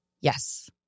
Yes